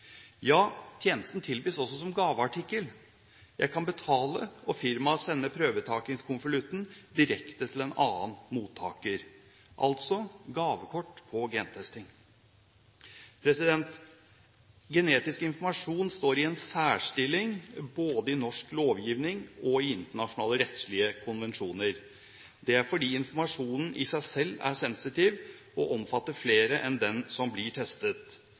Ja, tjenesten tilbys også som gaveartikkel. En kan betale, og firmaet sender prøvetakingskonvolutten direkte til en annen mottaker, altså: gavekort på gentesting. Genetisk informasjon står i en særstilling både i norsk lovgivning og i internasjonale rettslige konvensjoner. Det er fordi informasjonen i seg selv er sensitiv og omfatter flere enn den som blir testet.